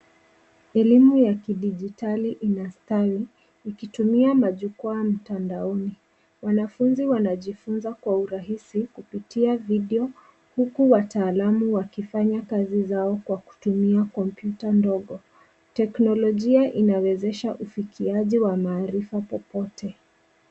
Elimu ya kidijitali inastawi ikitumia majukwaa mitandaoni. Wanafunzi wanajifunza kwa urahisi kupitia video huku wataalamu wakifanya kazi zao kwa kutumia kompyuta ndogo. Teknolojia inawezesha ufikiaji wa maarifa popote.